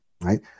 right